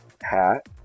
hat